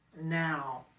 now